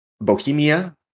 Bohemia